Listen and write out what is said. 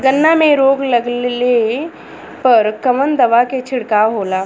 गन्ना में रोग लगले पर कवन दवा के छिड़काव होला?